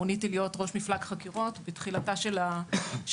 מוניתי להיות ראש מפלג חקירות בתחילתה של היחידה,